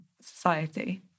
society